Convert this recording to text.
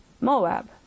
Moab